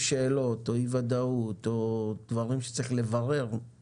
שאלות או אי ודאות או דברים שצריך לברר